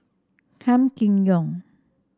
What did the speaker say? Gan Kim Yong